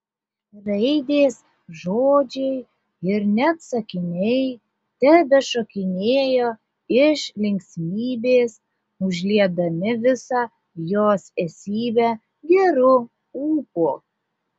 raidės žodžiai ir net sakiniai tebešokinėjo iš linksmybės užliedami visą jos esybę geru ūpu